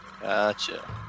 gotcha